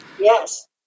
Yes